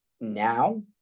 now